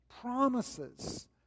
promises